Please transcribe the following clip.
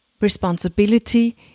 responsibility